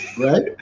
right